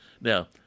Now